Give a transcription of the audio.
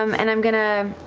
um and i'm going to